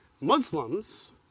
Muslims